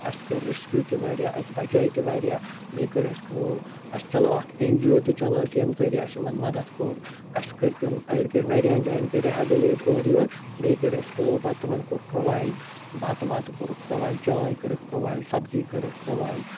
اَسہِ کٔرۍ رِسکیو تہِ واریاہ اَسہِ بچٲے تہِ واریاہ بیٚیہِ کٔر اَسہِ کٲم اَسہِ چلٲو اَکھ ایٚن جی او تہِ چلٲو اَسہِ ییٚمہِ زریعہ اَسہِ یِمَن مدتھ کوٚر اَسہِ کٔر کٔن أڑۍ کٔر واریاہَن جایَن کٔر رِہیبلیٹ اورٕ یور بیٚیہِ کٔر اَسہِ کٲم پتہٕ تِمَن کوٚر پرووایِڈ بَتہٕ وَتہٕ کورکھ پروایِڈ چاے واے کٔرٕکھ پرووایِڈ سبزی کٔرٕکھ پرووایِڈ